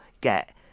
get